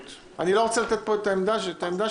אני לא רוצה לתת פה את העמדה שלי,